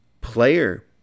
player